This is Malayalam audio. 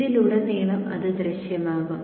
ഇതിലുടനീളവും അത് ദൃശ്യമാകും